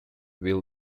will